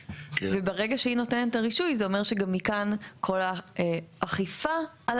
וברגע שהיא נותנת את הרישוי זה אומר שגם מכאן כל האכיפה על